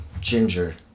Ginger